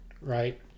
Right